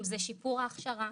אם זה שיפור ההכשרה,